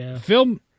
film